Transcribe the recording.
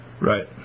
Right